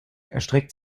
erstreckt